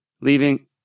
leaving